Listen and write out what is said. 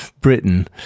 Britain